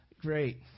great